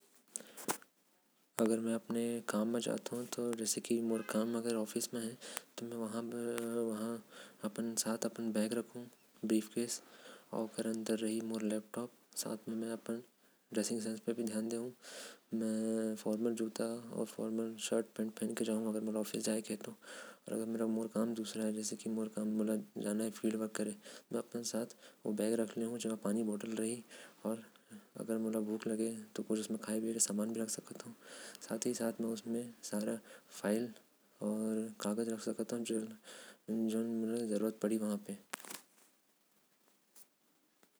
अगर में कोई दफ़्तर में काम करहुँ। तो में अपन साथ एक बैग रखूं जेकर में मोर लैपटॉप होही। साथ मे अपन कपड़ा में ध्यान देहु। जो कि मोर दफ्तर लायक होही। अगर मोके क्षेत्र कार्य मे नियुक्त कर देहि। तो में अपन साथ एक लैपटॉप रखु कुछ खाये पिये के समान पिये। के पानी अउ अपन काम से जुड़ल दस्तावेज़ो मोके रखना पढ़ी।